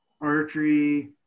archery